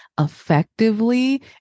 effectively